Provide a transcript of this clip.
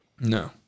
No